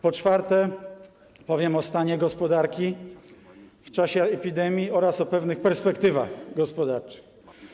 Po czwarte, powiem o stanie gospodarki w czasie epidemii oraz o pewnych perspektywach gospodarczych.